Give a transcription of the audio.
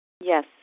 Yes